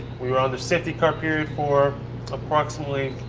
we were under safety car period for approximately